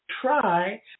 try